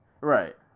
right